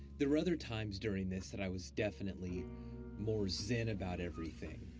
there were other times during this that i was definitely more zen about everything.